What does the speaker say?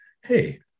Hey